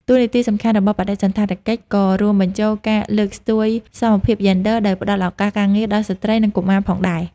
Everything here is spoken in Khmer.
តួនាទីសំខាន់របស់បដិសណ្ឋារកិច្ចក៏រួមបញ្ចូលការលើកស្ទួយសមភាពយ៉េនឌ័រ ដោយផ្តល់ឱកាសការងារដល់ស្ត្រី និងកុមារផងដែរ។